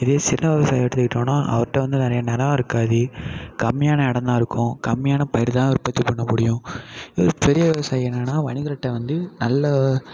இதே சின்ன விவசாயி எடுத்துக்கிட்டோம்னா அவருகிட்ட வந்து நிறைய நிலம் இருக்காது கம்மியான இடந்தான் இருக்கும் கம்மியான பயிர்தான் உற்பத்தி பண்ணமுடியும் இவர் பெரிய விவசாயி என்னென்னா வணிகர்கிட்ட வந்து நல்ல